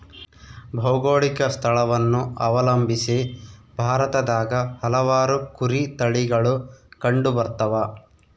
ಭೌಗೋಳಿಕ ಸ್ಥಳವನ್ನು ಅವಲಂಬಿಸಿ ಭಾರತದಾಗ ಹಲವಾರು ಕುರಿ ತಳಿಗಳು ಕಂಡುಬರ್ತವ